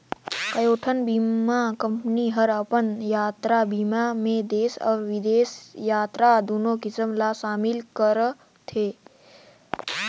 कयोठन बीमा कंपनी हर अपन यातरा बीमा मे देस अउ बिदेस यातरा दुनो किसम ला समिल करे रथे